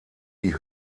die